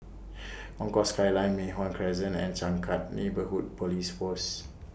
Concourse Skyline Mei Hwan Crescent and Changkat Neighbourhood Police Post